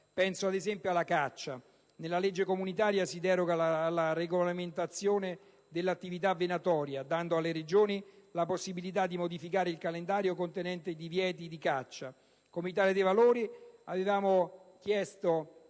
Penso, ad esempio, alla caccia. Nella legge comunitaria si deroga alla regolamentazione dell'attività venatoria, dando alle Regioni la possibilità di modificare il calendario contenente i divieti di caccia.